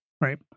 Right